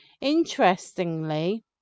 Interestingly